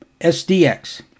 SDX